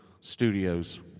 studios